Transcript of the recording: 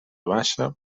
baixa